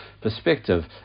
perspective